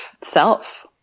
self